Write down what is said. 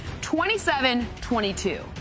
27-22